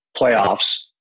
playoffs